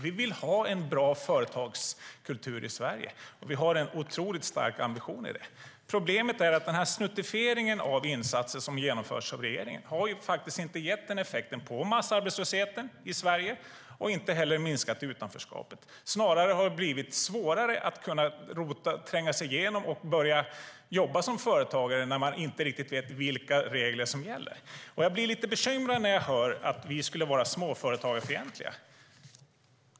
Vi vill ha en bra företagskultur i Sverige, och vi har en otroligt stark ambition i det. Problemet är att regeringens snuttifiering av insatser faktiskt inte har gett effekt på massarbetslösheten i Sverige och inte heller minskat utanförskapet. Snarare har det blivit svårare att tränga sig igenom och börja jobba som företagare när man inte riktigt vet vilka regler som gäller. Jag blir lite bekymrad när jag hör att vi skulle vara småföretagarfientliga.